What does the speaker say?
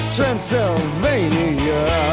Transylvania